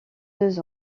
deux